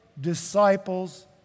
disciples